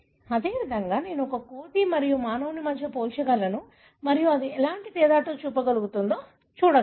అదేవిధంగా నేను ఒక కోతి మరియు మానవుని మధ్య పోల్చగలను మరియు అది ఎలాంటి తేడాను చూపుతుందో చూడగలను